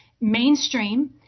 mainstream